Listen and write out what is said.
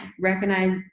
recognize